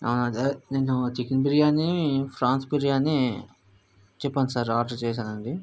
ఆ అవును అదే నేను చికెన్ బిర్యాని ప్రాన్స్ బిర్యాని చెప్పాను సార్ ఆర్డర్ చేశానండి